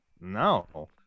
No